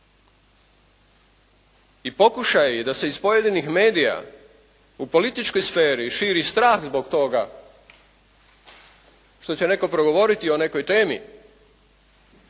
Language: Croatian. I pokušaji da se iz pojedinih medija u političkoj sferi širi strah zbog toga što će netko progovoriti o nekoj temi